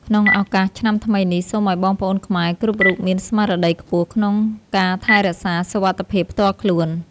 ក្នុងឱកាសឆ្នាំថ្មីនេះ សូមឱ្យបងប្អូនខ្មែរគ្រប់រូបមានស្មារតីខ្ពស់ក្នុងការថែរក្សាសុវត្ថិភាពផ្ទាល់ខ្លួន។